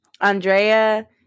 Andrea